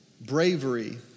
Bravery